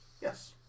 yes